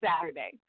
Saturday